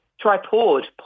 Tripod